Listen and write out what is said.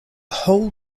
whole